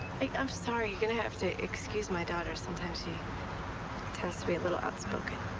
like i'm sorry. you're gonna have to excuse my daughter. sometimes she tends to be a little outspoken.